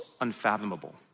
unfathomable